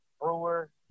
Brewer